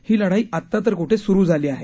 ही लढाई आत्ता तर कुठे सुरु झाली आहे